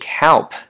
help